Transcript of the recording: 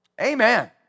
Amen